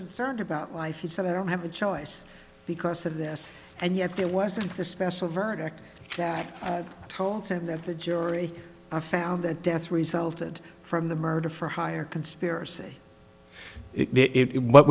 concerned about life he said i don't have a choice because of this and yet there was this special verdict that told him that the jury found that death resulted from the murder for hire conspiracy it what